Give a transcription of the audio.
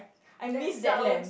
I miss that lamb